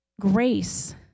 Grace